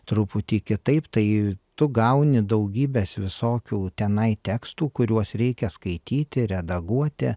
truputį kitaip tai tu gauni daugybės visokių tenai tekstų kuriuos reikia skaityti redaguoti